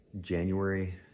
January